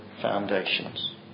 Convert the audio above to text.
foundations